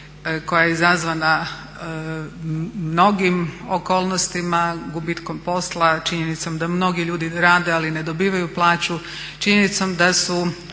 koja je izazvana mnogim okolnostima, gubitkom posla, činjenicom da mnogi ljudi rade ali ne dobivaju plaću, činjenicom da su